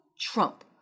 Trump